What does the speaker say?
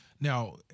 Now